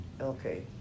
Okay